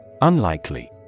Unlikely